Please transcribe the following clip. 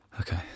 Okay